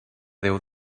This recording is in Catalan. déu